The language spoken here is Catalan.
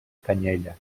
canyella